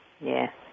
Yes